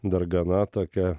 dargana tokia